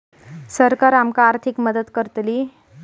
सरकार आमका आर्थिक मदत करतली?